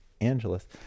Angeles